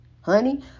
Honey